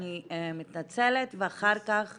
אני מתנצלת ואחר כך